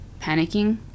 panicking